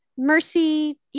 Mercy